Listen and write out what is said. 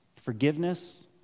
forgiveness